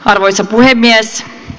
arvoisa puhemies